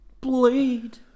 Blade